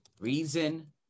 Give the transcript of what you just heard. Reason